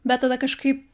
bet tada kažkaip